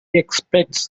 expects